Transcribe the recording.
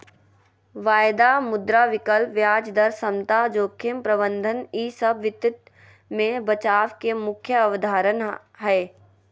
वायदा, मुद्रा विकल्प, ब्याज दर समता, जोखिम प्रबंधन ई सब वित्त मे बचाव के मुख्य अवधारणा हय